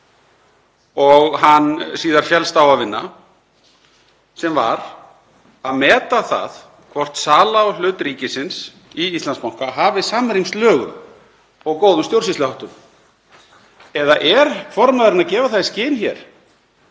og hann síðar féllst á að vinna sem var að meta það hvort sala á hlut ríkisins í Íslandsbanka hafi samrýmst lögum og góðum stjórnsýsluháttum? Eða er formaðurinn að gefa í skyn að